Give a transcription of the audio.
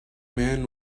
men